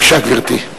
בבקשה, גברתי.